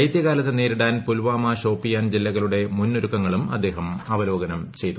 ശൈത്യകാലത്തെ നേരിടാൻ പുൽവാമ ഷോപ്പിയാൻ ജില്ലകളുടെ മുന്നൊരുക്കങ്ങളും അദ്ദേഹം അവലോകനം ചെയ്തു